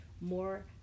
more